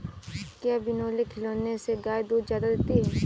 क्या बिनोले खिलाने से गाय दूध ज्यादा देती है?